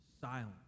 silent